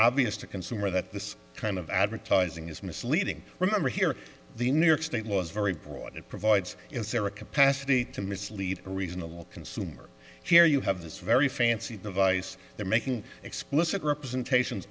obvious to consumer that this kind of advertising is misleading remember here the new york state law is very broad it provides is there a capacity to mislead a reasonable consumer here you have this very fancy device there making explicit representations